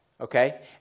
Okay